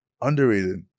Underrated